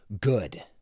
good